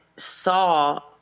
saw